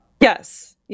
Yes